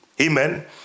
Amen